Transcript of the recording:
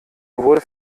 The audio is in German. wurde